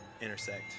intersect